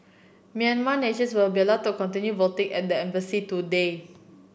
Myanmar nationals will be allowed to continue voting at the embassy today